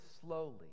slowly